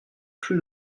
plus